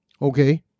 Okay